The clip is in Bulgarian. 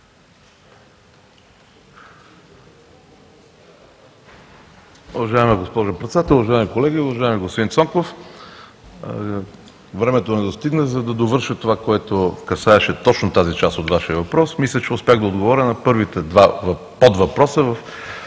Уважаема госпожо Председател, уважаеми колеги! Уважаеми господин Цонков, времето не достигна, за да довърша това, което касаеше точно тази част от Вашия въпрос. Мисля, че успях да отговоря на първите два подвъпроса